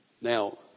Now